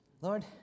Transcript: Lord